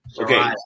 Okay